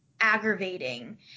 aggravating